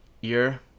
year